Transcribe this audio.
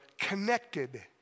connected